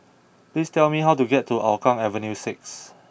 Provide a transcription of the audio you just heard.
please tell me how to get to Hougang Avenue six